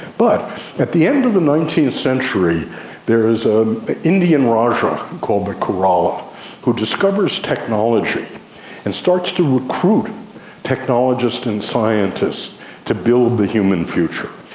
but at the end of the nineteenth century there is ah an indian raja called the kerala who discovers technology and starts to recruit technologists and scientists to build the human future.